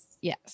yes